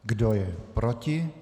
Kdo je proti?